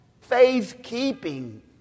faith-keeping